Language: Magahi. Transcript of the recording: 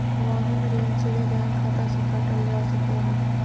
वाहन ऋण सीधे बैंक खाता से काटल जा सको हय